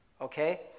Okay